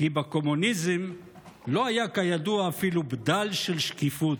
כי בקומוניזם לא היה, כידוע, אפילו בדל של שקיפות.